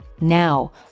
Now